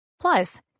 plus